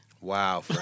Wow